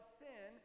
sin